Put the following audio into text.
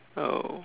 oh